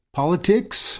politics